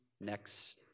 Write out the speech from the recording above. next